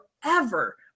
forever